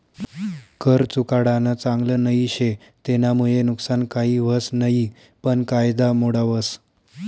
कर चुकाडानं चांगल नई शे, तेनामुये नुकसान काही व्हस नयी पन कायदा मोडावस